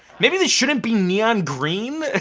maybe this shouldn't be neon green. ah